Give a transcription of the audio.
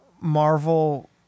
Marvel